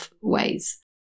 ways